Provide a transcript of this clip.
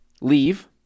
leave